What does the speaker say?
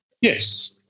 Yes